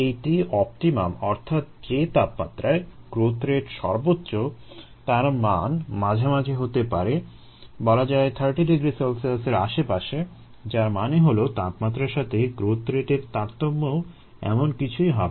এই T optimum অর্থাৎ যে তাপমাত্রায় গ্রোথ রেট সর্বোচ্চ তার মান মাঝামাঝি হতে পারে বলা যায় 30 ºC এর আশেপাশে যার মানে হলো তাপমাত্রার সাথে গ্রোথ রেটের তারতম্যও এমন কিছুই হবে